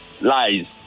lies